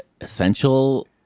Essential